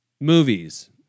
movies